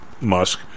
Musk